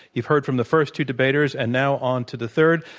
you've heard from the first two debaters, and now on to the third.